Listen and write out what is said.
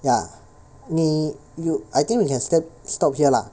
ya 你 you I think we can sti~ start stop here lah